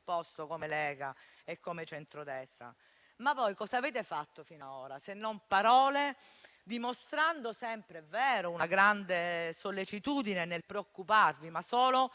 disposto come Lega e come centrodestra? Ma voi cos'avete fatto finora, se non parole? Dimostrate sempre - è vero - una grande sollecitudine nel preoccuparvi, ma solo